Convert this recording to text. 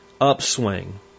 upswing